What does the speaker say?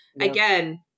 again